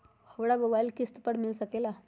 हमरा मोबाइल किस्त पर मिल सकेला?